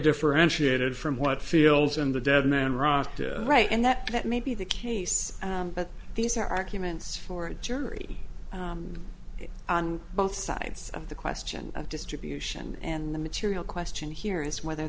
differentiated from what fields and the dead men ran right and that that may be the case but these are arguments for a jury on both sides of the question of distribution and the material question here is whether